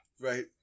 Right